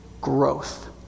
growth